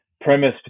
premise